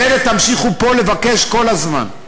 אחרת תמשיכו פה לבקש כל הזמן.